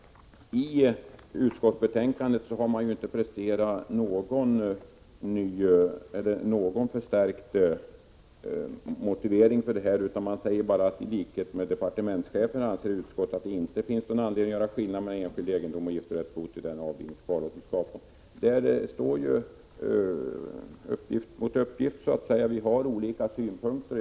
I utskottsbetänkandet har man inte presterat någon förstärkt motivering, utan säger bara: ”I likhet med departementschefen anser utskottet att det inte finns någon anledning att göra skillnad mellan enskild egendom och giftorättsgods i den avlidnes kvarlåtenskap ——-”. Där står åsikt mot åsikt, så att säga. Vi har olika synpunkter.